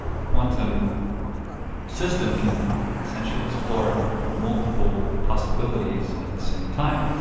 a quantum system can essentially explore multiple possibilities at the same time.